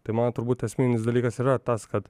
tai mano turbūt esminis dalykas ir yra tas kad